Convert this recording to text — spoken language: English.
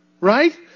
right